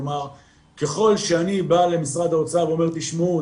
כלומר ככל שאני בא למשרד האוצר ואומר 'תשמעו,